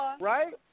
Right